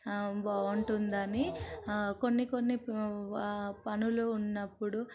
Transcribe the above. బాగుంటుందని కొన్ని కొన్ని పనులు ఉన్నప్పుడు